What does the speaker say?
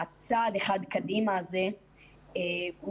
הצעד אחד קדימה הזה יהיה,